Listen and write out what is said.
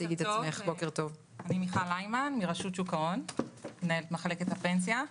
אני מרשות שוק ההון, מנהלת מחלקת הפנסיה.